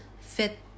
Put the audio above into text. fit